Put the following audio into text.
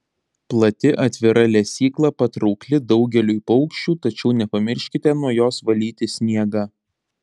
plati atvira lesykla patraukli daugeliui paukščių tačiau nepamirškite nuo jos valyti sniegą